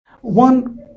One